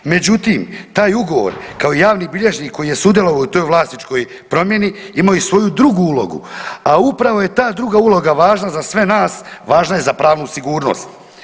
Međutim, taj ugovor kao javni bilježnik koji je sudjelovao u toj vlasničkoj promjeni imaju svoju drugu ulogu, a upravo je ta druga uloga važna za sve nas, važna je za pravnu sigurnost.